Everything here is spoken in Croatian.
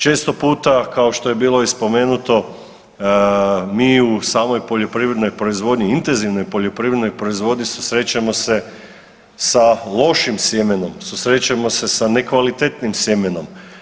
Često puta kao što je bilo i spomenuto mi u samoj poljoprivrednoj proizvodnji, intenzivnoj poljoprivrednoj proizvodnji susrećemo se sa lošim sjemenom, susrećemo se sa nekvalitetnom sjemenom.